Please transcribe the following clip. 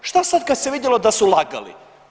Šta sad kad se vidjelo da su lagali?